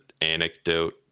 anecdote